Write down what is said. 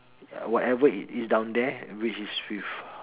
uh whatever it is down there which is with